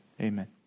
amen